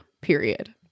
Period